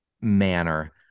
manner